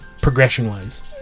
progression-wise